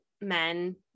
men